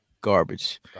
Garbage